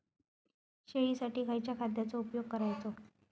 शेळीसाठी खयच्या खाद्यांचो उपयोग करायचो?